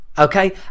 Okay